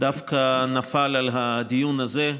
דווקא נפל הדיון הזה,